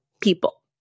people